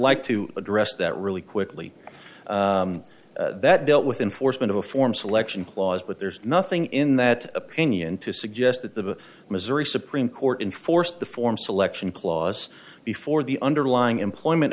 like to address that really quickly that dealt with enforcement of a form selection clause but there's nothing in that opinion to suggest that the missouri supreme court enforced the form selection clause before the underlying employment